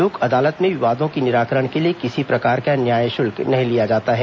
लोक अदालत में विवादों के निराकरण के लिए किसी प्रकार का न्याय शुल्क नही लिया जाता है